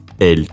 El